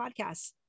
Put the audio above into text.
podcasts